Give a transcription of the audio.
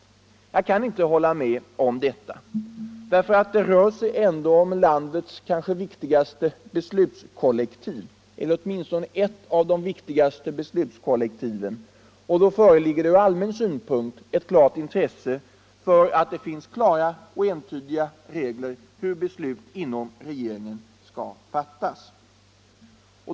Jag kan inte hålla med om det. Det rör sig Onsdagen den ändock här om ett av landets viktigaste beslutskollektiv, och då föreligger 22:oktober 1975 det ur allmän synpunkt ett klart intresse för att det finns klara och en= I tydiga regler för hur besluten inom regeringen skall fattas.